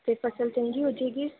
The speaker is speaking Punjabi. ਇਹ ਫਸਲ ਚੰਗੀ ਹੋ ਜਾਵੇਗੀ